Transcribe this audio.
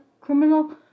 criminal